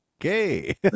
Okay